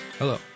Hello